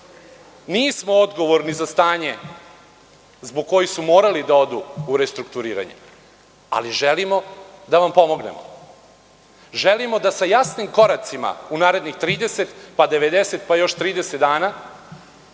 Nismo odgovorni za stanje zbog kojeg su morali da odu u restrukturiranje. Ali želimo da vam pomognemo. Želimo da sa jasnim koracima u narednih 30, pa 90, pa još 30 dana